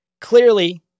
Clearly